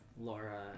laura